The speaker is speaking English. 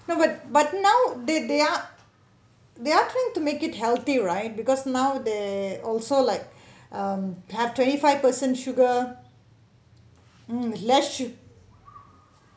no but but now they they are they are try to make it healthy right because now they also like um have twenty five percent sugar mm less sweet